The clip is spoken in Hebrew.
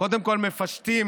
קודם כול, מפשטים